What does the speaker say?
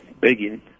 Begin